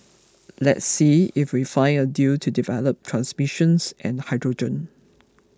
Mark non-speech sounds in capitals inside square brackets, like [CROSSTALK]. [NOISE] let's see if we find a deal to develop transmissions and hydrogen